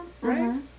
Right